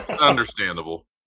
Understandable